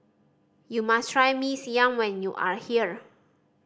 you must try Mee Siam when you are here